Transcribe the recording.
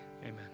Amen